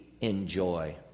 enjoy